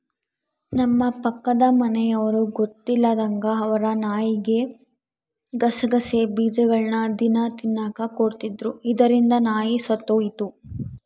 ನಮ್ಮ ಪಕ್ಕದ ಮನೆಯವರು ಗೊತ್ತಿಲ್ಲದಂಗ ಅವರ ನಾಯಿಗೆ ಗಸಗಸೆ ಬೀಜಗಳ್ನ ದಿನ ತಿನ್ನಕ ಕೊಡ್ತಿದ್ರು, ಇದರಿಂದ ನಾಯಿ ಸತ್ತೊಯಿತು